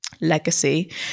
legacy